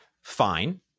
fine